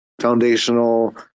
foundational